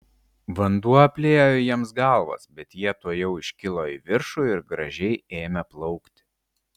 vanduo apliejo jiems galvas bet jie tuojau iškilo į viršų ir gražiai ėmė plaukti